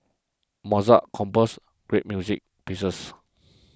Mozart composed great music pieces